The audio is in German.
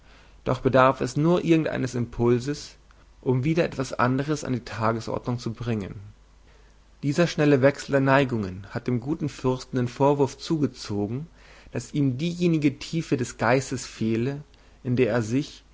doch bedarf es nur irgendeines impulses um wieder etwas anderes an die tagesordnung zu bringen dieser schnelle wechsel der neigungen hat dem guten fürsten den vorwurf zugezogen daß ihm diejenige tiefe des geistes fehle in der sich